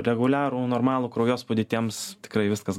reguliarų normalų kraujospūdį tiems tikrai viskas